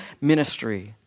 ministry